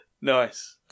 nice